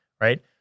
right